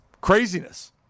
craziness